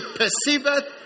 perceiveth